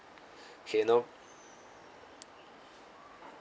K no